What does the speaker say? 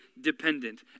dependent